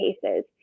cases